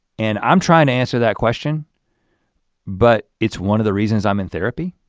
and i'm trying to answer that question but it's one of the reasons i'm in therapy.